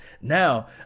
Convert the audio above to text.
Now